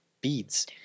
beads